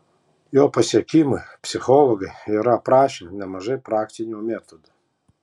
jo pasiekimui psichologai yra aprašę nemažai praktinių metodų